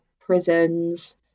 prisons